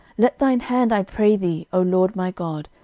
let thine hand, i pray thee, o lord my god,